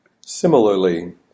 Similarly